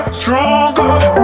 stronger